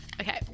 Okay